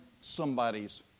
somebody's